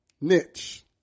niche